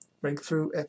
Breakthrough